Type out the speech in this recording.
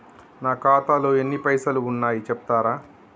నా ఖాతాలో ఎన్ని పైసలు ఉన్నాయి చెప్తరా?